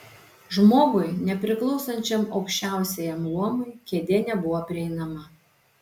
žmogui nepriklausančiam aukščiausiajam luomui kėdė nebuvo prieinama